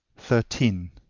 thirteen.